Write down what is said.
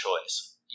choice